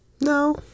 No